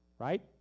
right